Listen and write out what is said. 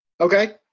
Okay